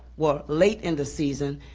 well, late in the season,